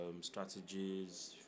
strategies